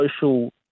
social